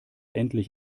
endlich